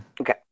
Okay